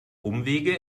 umwege